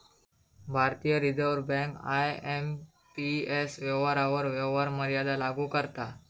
भारतीय reserve bank IMPS व्यवहारांवर व्यवहार मर्यादा लागू करता